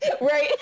right